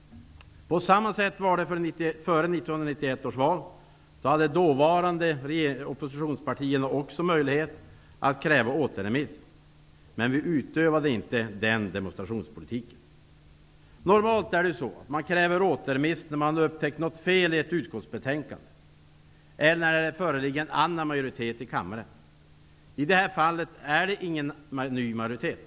Detsamma var förhållandet före 1991 års val. Då hade dåvarande oppositionspartierna också möjlighet att kräva återremiss. Men vi utövade inte den demonstrationspolitiken. Normalt kräver man återremiss när man har upptäckt något fel i ett utskottsbetänkande eller när det föreligger en annan majoritet i kammaren. I det här fallet föreligger ingen ny majoritet.